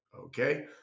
okay